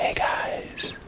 ah guys.